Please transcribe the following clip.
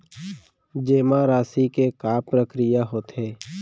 जेमा राशि के का प्रक्रिया होथे?